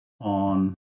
on